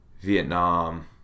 Vietnam